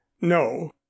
No